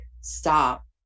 stop